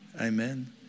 Amen